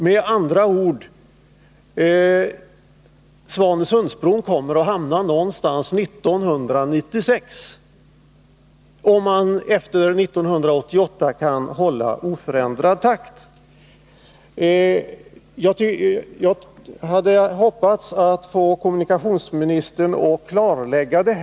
Svanesundsbron kommer med andra ord att byggas någon gång omkring 1996, om man efter 1988 kan hålla oförändrad takt. Jag hade hoppats att få kommunikationsministern att klarlägga detta.